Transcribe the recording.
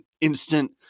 instant